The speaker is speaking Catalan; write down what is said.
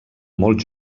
molt